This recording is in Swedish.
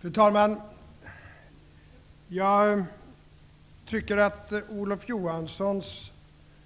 Fru talman! Jag tycker att Olof Johanssons